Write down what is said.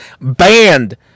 banned